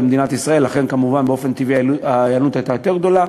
ולכן כמובן באופן טבעי ההיענות הייתה יותר גדולה.